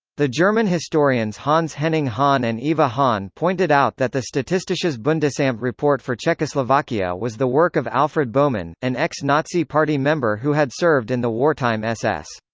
the german historians hans henning hahn and eva hahn pointed out that the statistisches bundesamt report for czechoslovakia was the work of alfred bohmann, an ex-nazi party member who had served in the wartime ss.